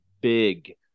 big